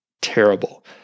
terrible